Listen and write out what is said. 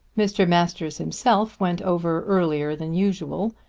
mr. masters himself went over earlier than usual,